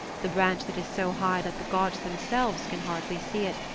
the branch that is so high that the gods themselves can hardly see it,